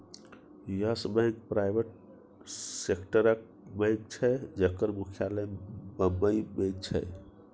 yes Bank private सेक्टरक bank छै जकर मुख्यालय बंबई मे छै